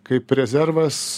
kaip rezervas